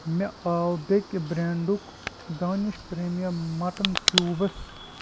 مےٚ آو بیٚیہِ برٛینٛڈُک دانِش پرٛیٖمیم مٹن کیٛوٗبٕس